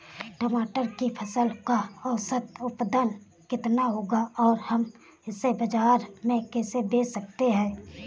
टमाटर की फसल का औसत उत्पादन कितना होगा और हम इसे बाजार में कैसे बेच सकते हैं?